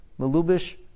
Malubish